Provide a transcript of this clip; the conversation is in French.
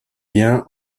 bien